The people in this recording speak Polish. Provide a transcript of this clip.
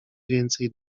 więcej